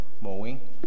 mowing